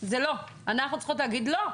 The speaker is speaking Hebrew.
אנחנו צריכות להגיד לא.